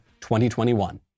2021